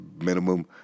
minimum